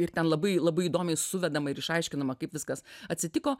ir ten labai labai įdomiai suvedama ir išaiškinama kaip viskas atsitiko